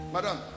Madam